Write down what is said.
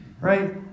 Right